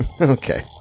okay